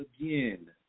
again